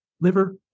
liver